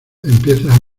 empiezas